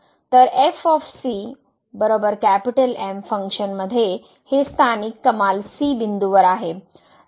तर F of C f M फंक्शनमध्ये हे स्थानिक कमाल c बिंदूवर आहे